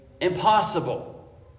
impossible